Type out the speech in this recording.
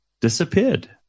disappeared